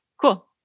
cool